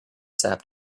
sap